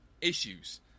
issues